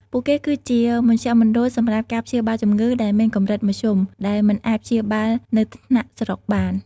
ពួកគេគឺជាមជ្ឈមណ្ឌលសម្រាប់ការព្យាបាលជំងឺដែលមានកម្រិតមធ្យម ដែលមិនអាចព្យាបាលនៅថ្នាក់ស្រុកបាន។